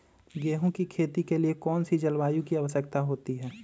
गेंहू की खेती के लिए कौन सी जलवायु की आवश्यकता होती है?